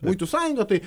muitų sąjungą tai